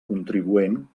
contribuent